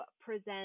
present